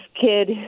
kid